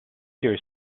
their